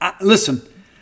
Listen